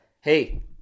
hey